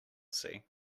see